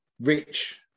Rich